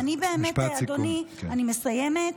ואני באמת, אדוני, אני מסיימת,